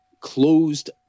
closed